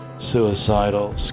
Suicidal